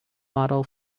model